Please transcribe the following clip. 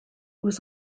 was